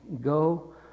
go